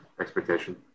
expectation